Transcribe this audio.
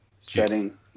setting